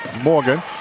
Morgan